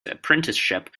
apprenticeship